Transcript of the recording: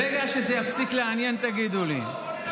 ברגע שזה יפסיק לעניין, תגידו לי.